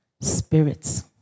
spirits